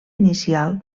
inicial